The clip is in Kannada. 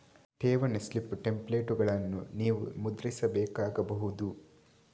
ಠೇವಣಿ ಸ್ಲಿಪ್ ಟೆಂಪ್ಲೇಟುಗಳನ್ನು ನೀವು ಮುದ್ರಿಸಬೇಕಾಗಬಹುದು